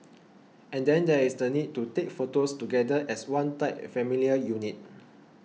and then there is the need to take photos together as one tight familial unit